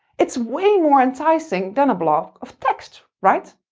it's way more enticing than a blob of text, right?